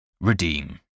Redeem